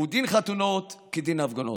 ודין חתונות כדין הפגנות.